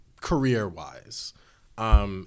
career-wise